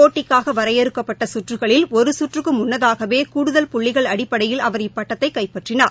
போட்டிக்காகவரையறுக்கப்பட்டசுற்றுகளில் ஒருசுற்றுக்குமுன்னதாகவேகூடுதல் புள்ளிகள் அடிப்படையில் அவர் இப்பட்டத்தைகைப்பற்றினார்